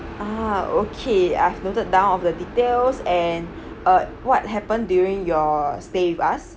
ah okay I've noted down of the details and uh what happened during your stay with us